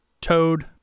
Toad